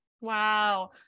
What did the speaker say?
Wow